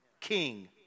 king